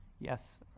Yes